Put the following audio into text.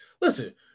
listen